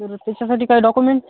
तर त्याच्यासाठी काय डॉक्युमेंट